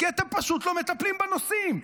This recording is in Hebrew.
כי אתה פשוט לא מטפלים בנושאים.